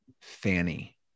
Fanny